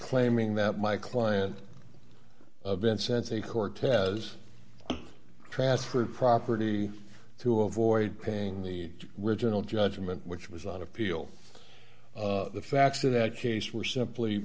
claiming that my client of insensate cortez transferred property to avoid paying the riginal judgment which was on appeal the facts of that case were simply